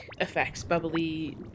effects—bubbly